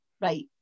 right